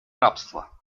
рабства